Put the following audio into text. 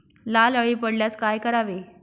लाल अळी पडल्यास काय करावे?